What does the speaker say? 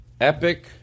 Epic